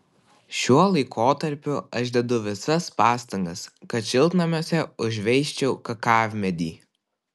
šiuo laikotarpiu aš dedu visas pastangas kad šiltnamiuose užveisčiau kakavmedį